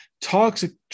toxic